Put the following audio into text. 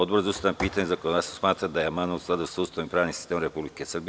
Odbor za ustavna pitanja i zakonodavstvo smatra da je amandman u skladu sa Ustavom i pravnim sistemom Republike Srbije.